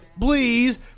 Please